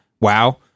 wow